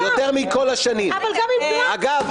רק רגע --- את זוכרת את האמירה מירב,